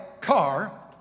car